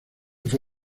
fue